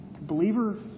Believer